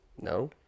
No